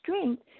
strength